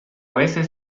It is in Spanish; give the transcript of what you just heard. veces